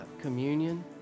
communion